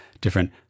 different